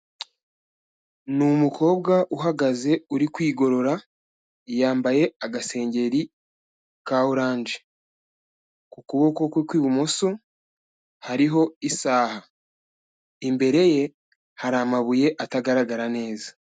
Ni umukobwa uhagaze uri kwigorora, yambaye agasengeri ka oranje. Ku kuboko kwe kw'ibumoso hariho isaha. Imbere ye hari amabuye atagaragara neza.